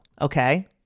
Okay